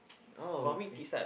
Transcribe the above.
oh okay